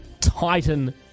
titan-